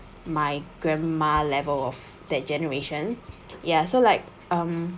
my grandma level of that generation ya so like um